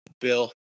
Bill